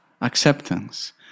acceptance